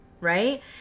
right